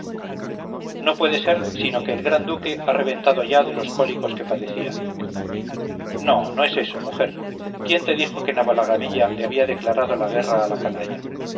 no puede ser sino que el gran duque ha reventado ya de los cólicos que padecía no no es eso mujer quién te dijo que navalagamella le había declarado la guerra a la canalla